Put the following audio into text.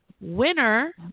winner